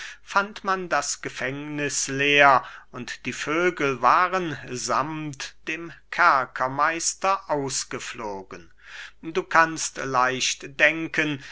fand man das gefängniß leer und die vögel waren sammt dem kerkermeister ausgeflogen du kannst leicht denken